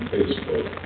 Facebook